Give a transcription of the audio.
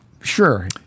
Sure